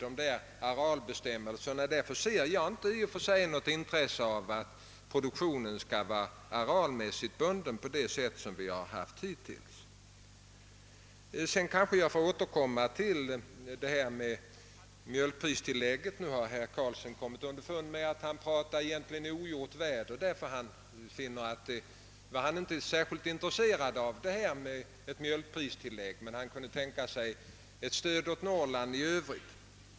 Därför ser jag inget intresse i att produktionen skall vara arealmässigt bunden på samma sätt som hittills. Jag vill återkomma till detta extra mjölkpristillägg. Herr Karlsson i Huddinge har kommit underfund med att han egentligen varit ute i ogjort väder och att han egentligen inte är särskilt intresserad av detta extra mjölkpristilllägg. Han kunde dock tänka sig ett stöd åt Norrland i övrigt.